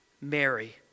Mary